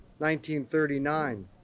1939